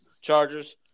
Chargers